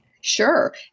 Sure